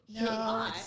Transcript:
No